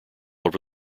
over